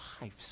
lives